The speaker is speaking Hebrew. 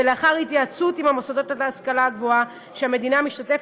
ולאחר התייעצות עם המוסדות להשכלה גבוהה שהמדינה משתתפת,